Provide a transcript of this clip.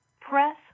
press